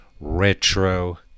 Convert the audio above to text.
retro